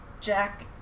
Jack